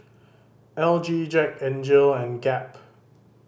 L G Jack N Jill and Gap